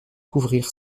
couvrir